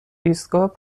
ایستگاه